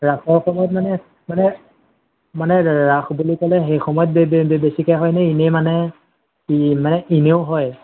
ৰাসৰ সময়ত মানে মানে মানে ৰাস বুলি ক'লে সেই সময়ত বেছিকৈ হয়নে এনেই মানে ইনেও হয়